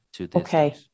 Okay